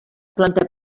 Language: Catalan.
planta